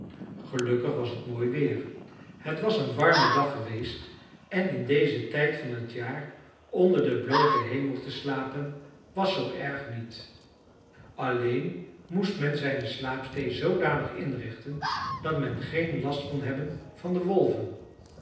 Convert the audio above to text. gelukkig was het mooi weer het was een warme dag geweest en in dezen tijd van t jaar onder den blooten hemel te slapen was zoo erg niet alleen moest men zijne slaapstee zoodanig inrichten dat men geen last kon hebben van de wolven